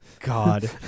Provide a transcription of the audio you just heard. God